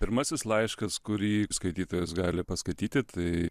pirmasis laiškas kurį skaitytojas gali paskaityti tai